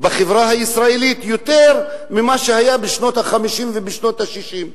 בחברה הישראלית יותר ממה שהיה בשנות ה-50 ובשנות ה-60.